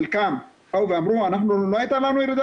חלקם באו ואמרו 'לא הייתה לנו ירידה